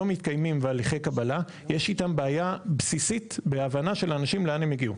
מתקיימים הליכי קבלה יש איתם בעיה בסיסית בהבנה של אנשים לאן הם הגיעו.